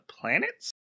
planets